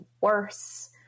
worse